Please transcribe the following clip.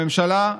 הממשלה,